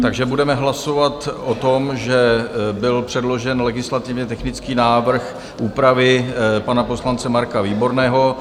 Takže budeme hlasovat o tom, že byl předložen legislativně technický návrh úpravy pana poslance Marka Výborného.